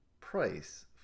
price